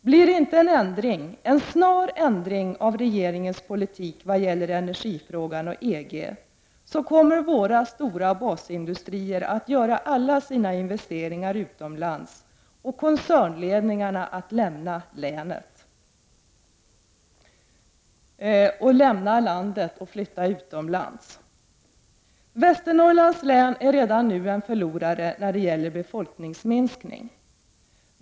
Blir det inte en ändring, en snar ändring av regeringens politik vad gäller energifrågan och EG, så kommer våra stora basindustrier att göra alla sina nyinvesteringar utomlands och koncernledningarna att lämna landet. Västernorrlands län är redan nu en förlorare när det gäller befolkningsminskning.